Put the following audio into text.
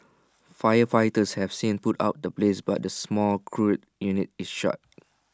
firefighters have since put out the blaze but the small crude unit is shut